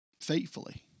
faithfully